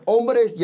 Hombres